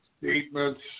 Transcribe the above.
statements